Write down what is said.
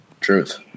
truth